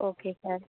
okay sir